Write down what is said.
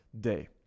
day